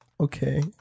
Okay